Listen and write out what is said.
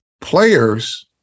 players